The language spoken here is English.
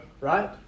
Right